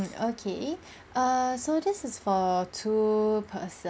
okay err so this is for two perso~